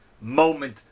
moment